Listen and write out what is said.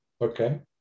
Okay